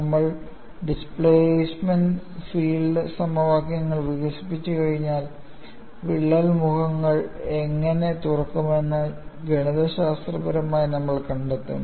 നമ്മൾ displacement field സമവാക്യങ്ങൾ വികസിപ്പിച്ചുകഴിഞ്ഞാൽ വിള്ളൽ മുഖങ്ങൾ എങ്ങനെ തുറക്കുന്നുവെന്ന് ഗണിതശാസ്ത്രപരമായി നമ്മൾ കണ്ടെത്തും